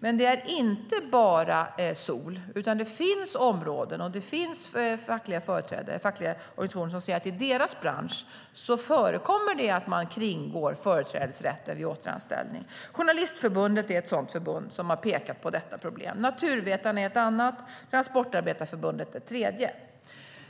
Men det är inte bara sol. Det finns fackliga organisationer som säger att det i deras bransch förekommer att man kringgår företrädesrätten vid återanställning. Journalistförbundet är ett förbund som har pekat på detta problem. Naturvetarna är ett annat. Transportarbetareförbundet är ett tredje.